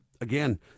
Again